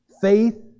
Faith